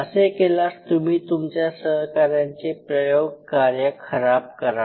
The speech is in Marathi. असे केल्यास तुम्ही तुमच्या सहकाऱ्यांचे प्रयोगकार्य खराब कराल